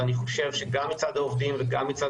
ואני חושב שגם מצד העובדים וגם מצד